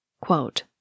Quote